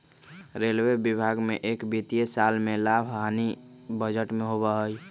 railway विभाग में एक वित्तीय साल में लाभ और हानि बजट में होबा हई